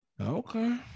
Okay